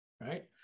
right